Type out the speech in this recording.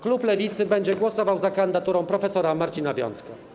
Klub Lewicy będzie głosował za kandydaturą prof. Marcina Wiącka.